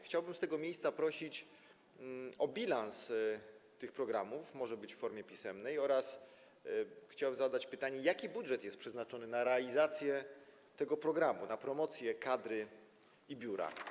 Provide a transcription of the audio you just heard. Chciałbym z tego miejsca prosić o bilans tych programów - może być w formie pisemnej - oraz chciałem zadać pytanie: Jaki budżet jest przeznaczony na realizację tego programu, na promocję kadry i biura?